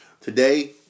Today